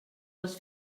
les